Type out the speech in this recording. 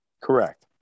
Correct